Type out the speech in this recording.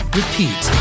repeat